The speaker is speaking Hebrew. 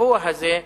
הגבוה הזה,